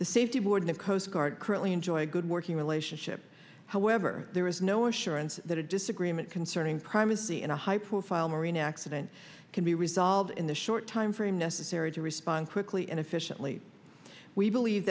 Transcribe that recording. safety board the coast guard currently enjoy a good working relationship however no assurance that a disagreement concerning primacy in a high profile marine accident can be resolved in the short timeframe necessary to respond quickly and efficiently we believe